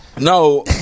No